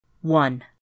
One